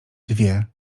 dwie